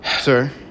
Sir